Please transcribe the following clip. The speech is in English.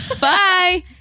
Bye